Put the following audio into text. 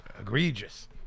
egregious